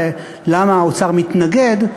למה האוצר מתנגד,